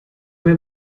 mir